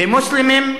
במוסלמים,